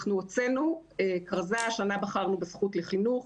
אנחנו הוצאנו כרזה, "השנה בחרנו בזכות לחינוך",